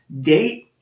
date